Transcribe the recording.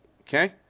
Okay